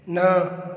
न